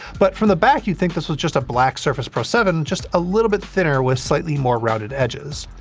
but from the back you'd think this was just a black surface pro seven, just a little bit thinner with slightly more rounded edges.